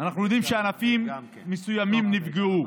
אנחנו יודעים שענפים מסוימים נפגעו.